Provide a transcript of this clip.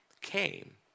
came